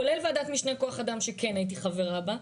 כולל ועדת משנה לכוח אדם שכן הייתי חברה בה,